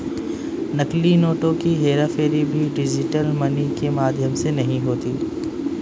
नकली नोटों की हेराफेरी भी डिजिटल मनी के माध्यम से नहीं होती